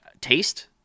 taste